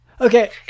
Okay